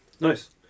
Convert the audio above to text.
Nice